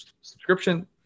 subscription